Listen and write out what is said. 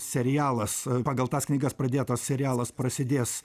serialas pagal tas knygas pradėtas serialas prasidės